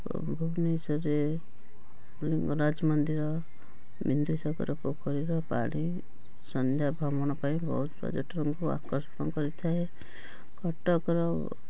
ଓ ଭୁବନେଶ୍ୱରରେ ଲିଙ୍ଗରାଜ ମନ୍ଦିର ବିନ୍ଦୁସାଗର ପୋଖରୀର ପାଣି ସନ୍ଧ୍ୟା ଭ୍ରମଣ ପାଇଁ ବହୁତ ପର୍ଯ୍ୟଟକଙ୍କୁ ଆକର୍ଷଣ କରିଥାଏ କଟକର